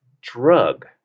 drug